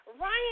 Ryan